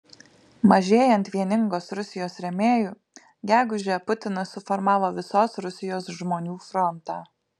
mažėjant vieningos rusijos rėmėjų gegužę putinas suformavo visos rusijos žmonių frontą